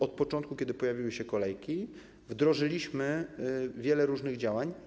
Od początku, kiedy pojawiły się kolejki, wdrożyliśmy wiele różnych działań.